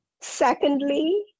Secondly